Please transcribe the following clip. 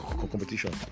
competition